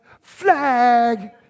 flag